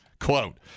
quote